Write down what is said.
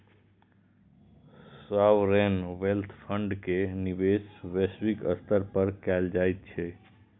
sovereign wealth fund के निवेश वैश्विक स्तर पर कैल जाइ छै